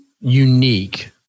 unique